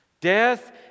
Death